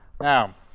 Now